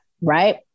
right